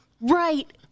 Right